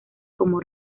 como